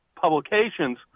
publications